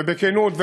בכנות,